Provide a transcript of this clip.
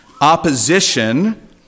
opposition